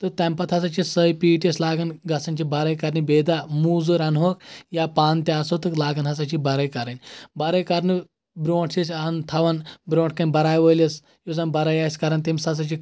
تہٕ تَمہِ پَتہٕ ہسا چھِ سوٚے پیٖٹ أسۍ لاگان گژھان چھِ بَرٲے کرنہِ بیٚیہِ دوہ موزوٗر اَنہٕ ہوکھ یا پانہٕ تہِ آسو تہٕ لگان ہسا چھِ بَرٲے کَرٕنۍ بَرٲے کرنہٕ برونٛٹھ چھِ أسۍ تھاوان برونٛٹھ کٕنۍ بَراے وٲلِس یُس زَن بَرٲے آسہِ کران تٔمِس ہسا چھ